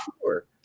sure